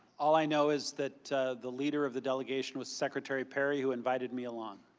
all i know is that the leader of the delegation was secretary perry, who invited me along.